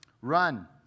Run